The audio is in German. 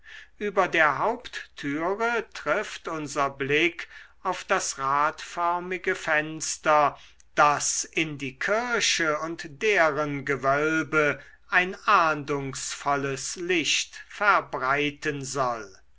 über der haupttüre trifft unser blick auf das radförmige fenster das in die kirche und deren gewölbe ein ahndungsvolles licht verbreiten soll